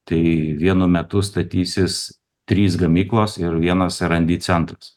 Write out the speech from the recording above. tai vienu metu statysis trys gamyklos ir vienas erandi centras